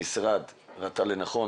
המשרד ראה לנכון,